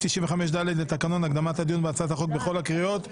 95(ד) לתקנון והקדמת הדיון בהצעת החוק בכל הקריאות.